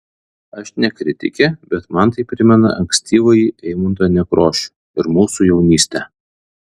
aš ne kritikė bet man tai primena ankstyvąjį eimuntą nekrošių ir mūsų jaunystę